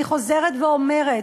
אני חוזרת ואומרת,